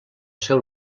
seu